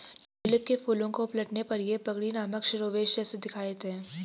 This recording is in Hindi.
ट्यूलिप के फूलों को पलटने पर ये पगड़ी नामक शिरोवेश जैसे दिखाई देते हैं